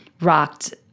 rocked